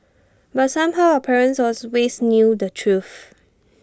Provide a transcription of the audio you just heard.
but somehow our parents knew the truth